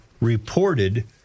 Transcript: reported